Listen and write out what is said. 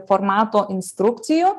formato instrukcijų